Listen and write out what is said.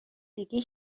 دیگه